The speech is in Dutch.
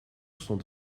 stond